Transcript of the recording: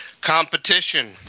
Competition